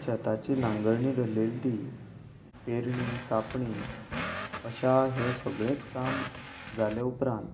शेताची नांगरणी धरलेली ती पेरणी कांपणी अश्या हें सगळेंच काम जालें उपरांत